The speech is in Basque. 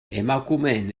emakumeen